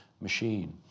machine